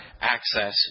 access